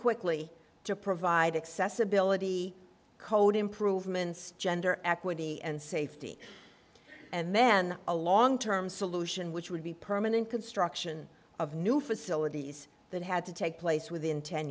quickly to provide accessibility code improvements gender equity and safety and then a long term solution which would be permanent construction of new facilities that had to take place within ten